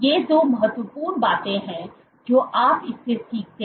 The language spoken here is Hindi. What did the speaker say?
ये दो महत्वपूर्ण बातें हैं जो आप इससे सीखते हैं